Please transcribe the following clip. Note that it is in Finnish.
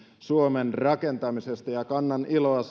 suomen rakentamisesta ja kannan iloa